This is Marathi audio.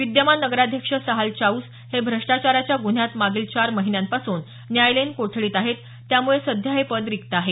विद्यमान नगराध्यक्ष सहाल चाऊस हे भ्रष्टाचाराच्या गुन्ह्यात मागील चार महिन्यांपासून न्यायालयीन कोठडीत आहेत त्यामुळे सध्या हे पद रिक्त आहे